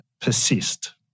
persist